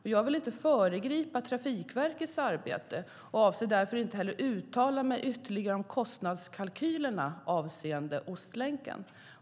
Jag vill inte föregripa Trafikverkets arbete och avser därför inte heller att uttala mig ytterligare om kostnadskalkylerna avseende Ostlänken.